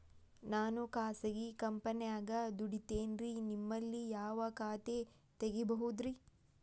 ನಾನು ಖಾಸಗಿ ಕಂಪನ್ಯಾಗ ದುಡಿತೇನ್ರಿ, ನಿಮ್ಮಲ್ಲಿ ಯಾವ ಖಾತೆ ತೆಗಿಬಹುದ್ರಿ?